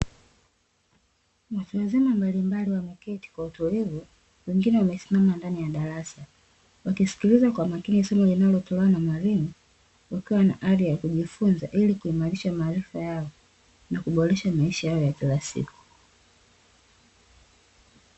Watu wazima mbalimbali wameketi kwa utulivu, wengine wamesimama ndani ya darasa, wakisikiliza kwa makini somo linalotolewa na mwalimu, wakiwa na ari ya kujifunza ili kuimarisha maarifa yao na kuboresha maisha yao ya kila siku.